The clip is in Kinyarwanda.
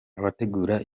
abategura